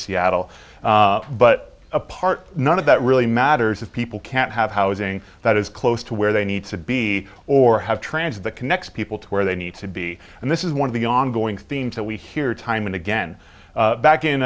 seattle but apart none of that really matters if people can't have housing that is close to where they need to be or have transit that connects people to where they need to be and this is one of the ongoing theme to we hear time and again back in